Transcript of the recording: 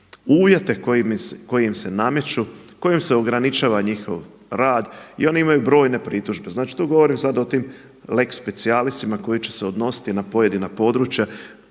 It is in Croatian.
uvjete koji im se nameću, kojima se ograničava njihov rad i oni imaju brojne pritužbe. Znači tu govorim sad o tim lex specialisima koji će se odnositi na pojedina područja.